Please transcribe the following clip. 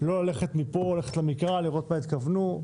לא מפה ללכת למקרא לראות מה התכוונו.